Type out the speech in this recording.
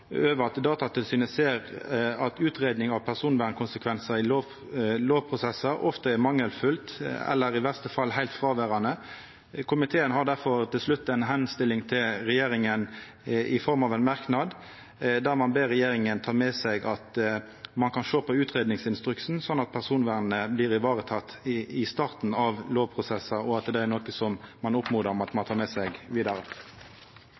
over at Datatilsynet ser at utgreiing av personvernkonsekvensar i lovprosessar ofte er mangelfull eller i verste fall heilt fråverande. Komiteen har difor til slutt ei oppmoding til regjeringa i form av ein merknad, der ein ber regjeringa ta med seg at ein kan sjå på utgreiingsinstruksen slik at personvernet blir ivareteke i starten av lovprosessar, og at det er noko som ein oppmodar om at ein tek med seg vidare.